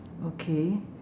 okay